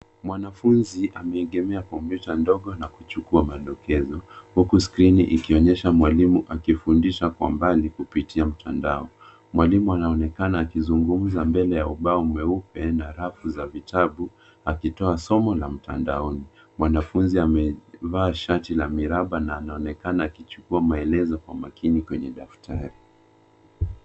Mwanafunzi amegemea kompyuta ndogo na kuchukua madokezo. Kwenye skrini, inaonekana mwalimu akifundisha kwa mbali kupitia mtandao. Mwalimu anaonekana akizungumza mbele ya ubao mweupe na rafu za vitabu akitoa somo kupitia mtandao. Mwanafunzi amevaa shati lenye miraba na anaonekana akichukua maelezo muhimu kwenye daftari.